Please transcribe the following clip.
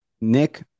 Nick